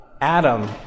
Adam